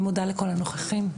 אני מודה לכל הנוכחים.